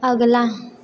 अगला